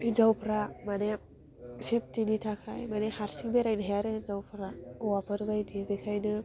हिन्जावफ्रा माने सेबथिनि थाखाय माने हारसिं बेरायनो हाया आरो हिन्जावफ्रा हौवाफोर बायदि बेखायनो